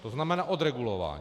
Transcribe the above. To znamená odregulování.